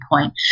point